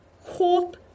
hope